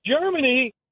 Germany